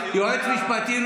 יועץ משפטי,